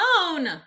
alone